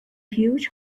huge